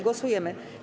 Głosujemy.